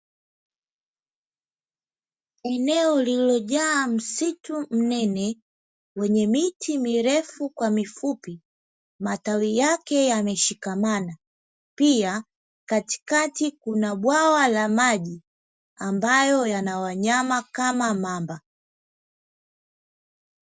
Eneo lililojaa msitu mnene wenye miti mirefu kwa mifupi, matawi yake yameshikamana, pia katikati kuna bwawa la maji ambalo lina wanyama kama mamba.